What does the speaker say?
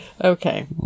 Okay